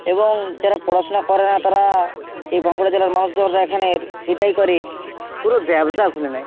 এবং যারা পড়াশোনা করে না তারা এই বাঁকুড়া জেলার মানুষজনরা এখানের এটাই করে কোনো ব্যবসা খুলে নেয়